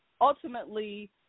Ultimately